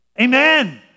Amen